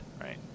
right